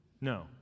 No